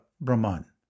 Brahman